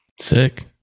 Sick